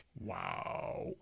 Wow